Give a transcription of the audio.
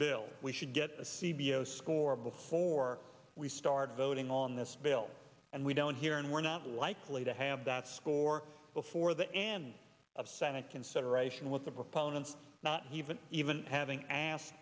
bill we should get the c b s score before we start voting on this bill and we don't hear and we're not likely to have that score before the end of senate consideration with the proponents not even even having asked